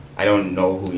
i don't know